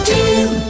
Team